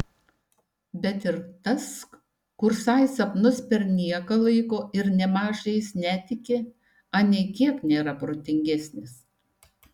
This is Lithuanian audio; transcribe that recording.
bet ir tas kursai sapnus per nieką laiko ir nėmaž jais netiki anei kiek nėra protingesnis